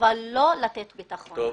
אבל לא לתת ביטחון לחברה.